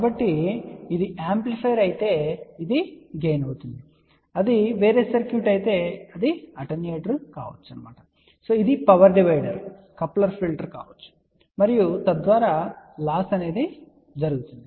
కాబట్టి ఇది యాంప్లిఫైయర్ అయితే అది గెయిన్ అవుతుంది అది వేరే సర్క్యూట్ అయితే అది అటెన్యూయేటర్ కావచ్చు ఇది పవర్ డివైడర్ కప్లర్ ఫిల్టర్ కావచ్చు మరియు తద్వారా లాస్ జరుగుతుంది